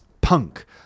punk